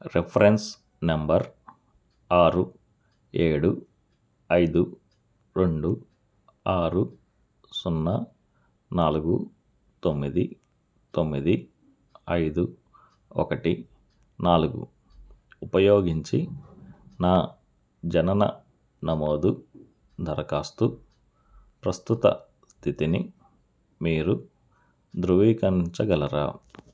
reference number ఆరు ఏడు ఐదు రెండు ఆరు సున్నా నాలుగు తొమ్మిది తొమ్మిది ఐదు ఒకటి నాలుగు ఉపయోగించి నా జనన నమోదు దరఖాస్తు ప్రస్తుత స్థితిని మీరు ధృవీకరించగలరా